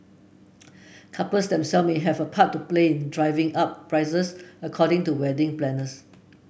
couples themself may have a part to play in driving up prices according to wedding planners